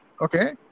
Okay